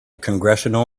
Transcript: congressional